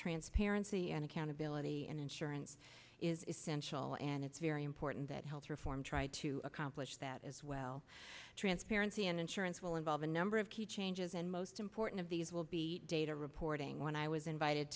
transparency and accountability and insurance is essential and it's very important that health reform try to accomplish that as well transparency and insurance will involve a number of key changes and most important of these will be data reporting when i was invited